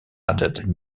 added